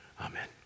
Amen